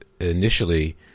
initially